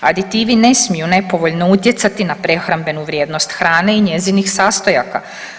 Aditivi ne smiju nepovoljno utjecati na prehrambenu vrijednost hrane i njezinih sastojaka.